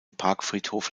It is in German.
parkfriedhof